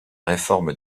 réforme